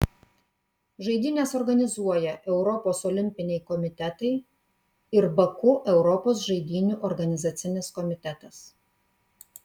žaidynes organizuoja europos olimpiniai komitetai ir baku europos žaidynių organizacinis komitetas